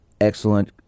excellent